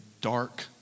dark